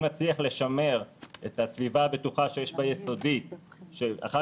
אם נצליח לשמר את הסביבה הבטוחה שיש ביסודי שאחר